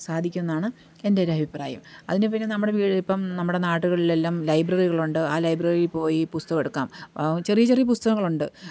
സാധിക്കുമെന്നാണ് എൻറ്റൊരു അഭിപ്രായം അതിനു പിന്നെ നമ്മുടെ ഇപ്പോള് നമ്മുടെ നാടുകളിലെല്ലാം ലൈബ്രറികളുണ്ട് ആ ലൈബ്രറിയില് പോയി പുസ്തകമെടുക്കാം ചെറിയ ചെറിയ പുസ്തകങ്ങളുണ്ട്